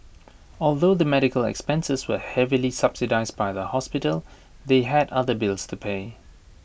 although the medical expenses were heavily subsidised by the hospital they had other bills to pay